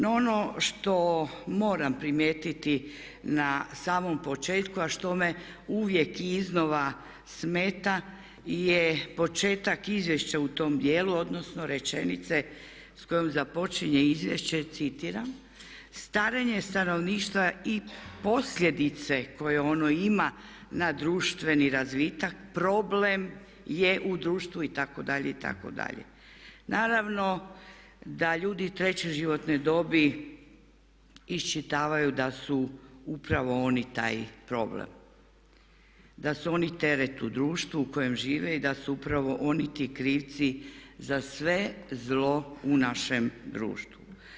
No, ono što moram primijetiti na samom početku, a što me uvijek i iznova smeta je početak izvješća u tom dijelu, odnosno rečenice s kojom započinje izvješće, citiram: „Starenje stanovništva i posljedice koje ono ima na društveni razvitak problem je u društvu itd., itd.“ Naravno da ljudi treće životne dobi iščitavaju da su upravo oni taj problem, da su oni teret u društvu u kojem žive i da su upravo oni ti krivci za sve zlo u našem društvu.